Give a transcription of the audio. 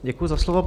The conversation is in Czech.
Děkuji za slovo.